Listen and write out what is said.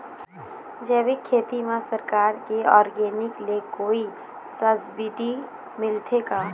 जैविक खेती म सरकार के ऑर्गेनिक ले कोई सब्सिडी मिलथे का?